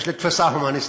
יש לי תפיסה הומניסטית.